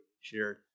shared